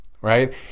right